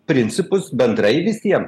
principus bendrai visiem